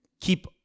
keep